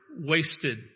wasted